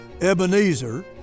Ebenezer